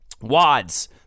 wads